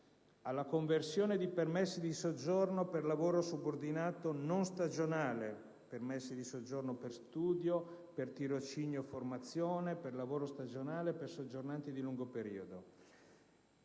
alla conversione in permessi di soggiorno per lavoro subordinato non stagionale (permessi di soggiorno per studio, per tirocinio e formazione, per lavoro stagionale, per soggiornanti di lungo periodo);